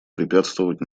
препятствовать